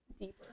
deeper